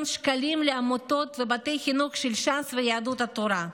שקלים לעמותות ובתי חינוך של ש"ס ויהדות התורה,